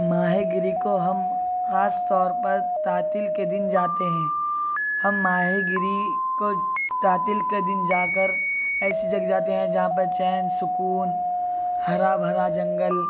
ماہی گیری کو ہم خاص طور پر تعطیل کے دن جاتے ہیں ہم ماہی گیری کو تعطیل کے دن جا کر ایسی جگ جاتے ہیں جہاں پہ چین سکون ہرا بھرا جنگل